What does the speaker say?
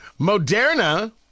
Moderna